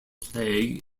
play